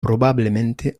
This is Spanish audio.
probablemente